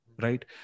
Right